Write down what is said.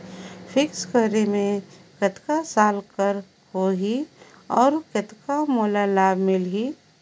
Fixed करे मे कतना साल कर हो ही और कतना मोला लाभ मिल ही?